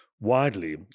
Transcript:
widely